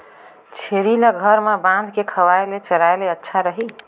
छेरी ल घर म बांध के खवाय ले चराय ले अच्छा रही?